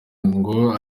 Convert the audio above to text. ngo